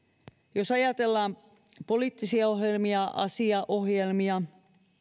jos ajatellaan poliittisia ohjelmia asiaohjelmia